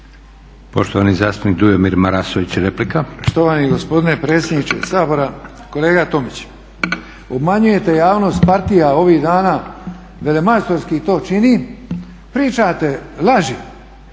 Poštovani zastupnik Josip Kregar, replika.